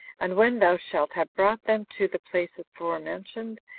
and when thou shalt have brought them to the places forementioned,